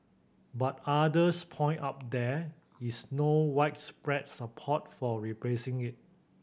but others point out there is no widespread support for replacing it